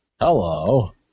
Hello